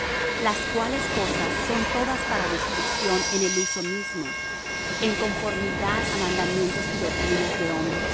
á ordenanzas tales como no manejes ni gustes ni aun toques las cuales cosas son todas para destrucción en el uso mismo en conformidad á mandamientos y doctrinas de hombres